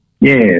Yes